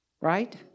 Right